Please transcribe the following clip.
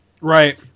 Right